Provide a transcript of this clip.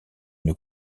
une